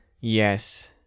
Yes